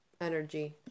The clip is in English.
energy